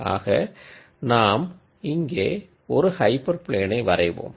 ஆக நாம் இங்கே ஒரு ஹைப்பர் பிளேனை வரைவோம்